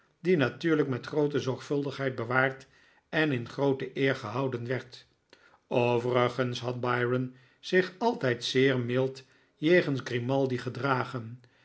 die natuurlijk met groote zorgvuldigheid bewaard en in groote eer gehouden werd overigens had byron zich altijd zeer mild jegens grimaldi gedragen